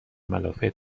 ملافه